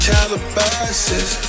Calabasas